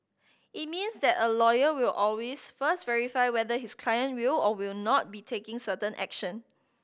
it means that a lawyer will always first verify whether his client will or will not be taking certain action